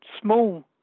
small